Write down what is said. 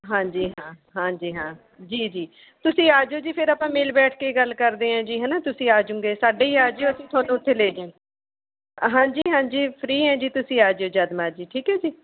ਹਾਂਜੀ ਹਾਂ ਹਾਂਜੀ ਹਾਂ ਜੀ ਜੀ ਤੁਸੀਂ ਆਜੋ ਜੀ ਫਿਰ ਆਪਾਂ ਮਿਲ ਬੈਠ ਕੇ ਗੱਲ ਕਰਦੇ ਹਾਂ ਜੀ ਹੈ ਨਾ ਤੁਸੀਂ ਆ ਜੂੰਗੇ ਸਾਡੇ ਹੀ ਆ ਜਿਓ ਅਸੀਂ ਤੁਹਾਨੂੰ ਉੱਥੇ ਲੈ ਜਾ ਹਾਂਜੀ ਹਾਂਜੀ ਫ਼ਰੀ ਹੈ ਜੀ ਤੁਸੀਂ ਆ ਜਿਓ ਜਦ ਮਰਜ਼ੀ ਠੀਕ ਹੈ ਜੀ